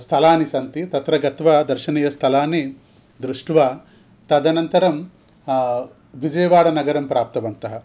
स्थलानि सन्ति तत्र गत्वा दर्शनीयस्थलानि दृष्ट्वा तदनन्तरं विजय्वाडनगरं प्राप्तवन्तः